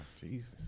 Jesus